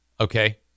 Okay